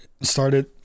started